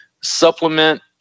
supplement